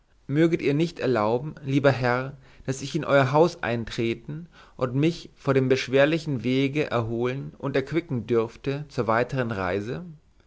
möchtet ihr nicht erlauben lieber herr daß ich in euer haus eintreten und mich von dem beschwerlichen wege erholen und erquicken dürfte zur weitern reise